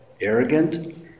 arrogant